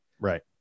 right